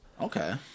Okay